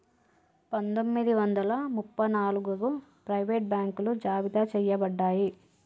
పందొమ్మిది వందల ముప్ప నాలుగగు ప్రైవేట్ బాంకులు జాబితా చెయ్యబడ్డాయి